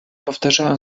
powtarzałem